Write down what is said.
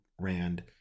Rand